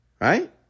right